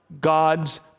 God's